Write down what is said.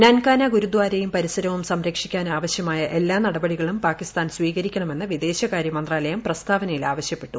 നൻകാന ഗുരുദ്ധാരയും പരിസരവും സംഭരക്ഷിക്കാനാവശ്യമായ എല്ലാ നടപടികളും പാകിസ്ഥാൻ സ്വീകരിക്ക്ണ്ട്മെന്ന് വിദേശകാരൃ മന്ത്രാലയം പ്രസ്താവനയിൽ ആവശ്യപ്പെട്ടു